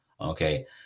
okay